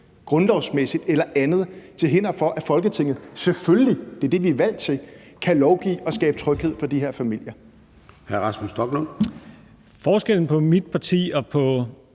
grundlovsmæssigt eller andet til hinder for, at Folketinget selvfølgelig – det er det, vi er valgt til – kan lovgive og skabe tryghed for de her familier. Kl. 13:49 Formanden (Søren Gade):